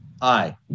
Aye